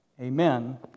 amen